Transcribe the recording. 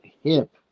hip